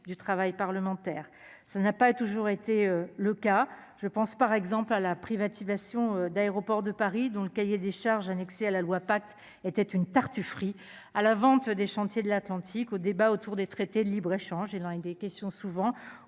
du travail parlementaire, ça n'a pas toujours été le cas, je pense par exemple à la privatisation d'aéroports de Paris dans le cahier des charges, annexé à la loi était une tartufferie à la vente des chantiers de l'Atlantique au débat autour des traités de libre-échange et dans des questions souvent